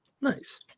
nice